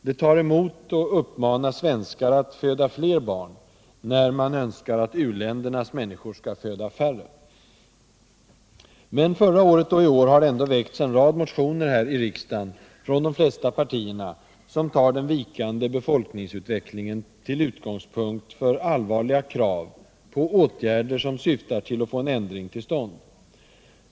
Det tar emot att uppmana svenskar att föda fler barn när man önskar att u-ländernas människor skall föda färre. Men förra året och i år har ändå väckts en rad motioner här i riksdagen, från de flesta partierna, som tar den vikande befolkningsutvecklingen till utgångspunkt för allvarliga krav på åtgärder som syftar till att få en ändring till stånd.